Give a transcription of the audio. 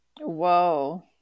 Whoa